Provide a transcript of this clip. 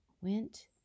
went